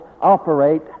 operate